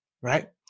Right